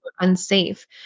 unsafe